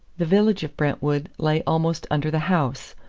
the village of brentwood lay almost under the house,